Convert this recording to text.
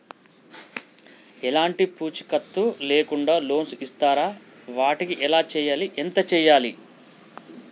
ఎలాంటి పూచీకత్తు లేకుండా లోన్స్ ఇస్తారా వాటికి ఎలా చేయాలి ఎంత చేయాలి?